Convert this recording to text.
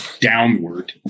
downward